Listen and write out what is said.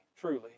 truly